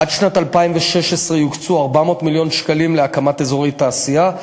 עד שנת 2016 יוקצו 400 מיליון שקלים להקמת אזורי תעשייה,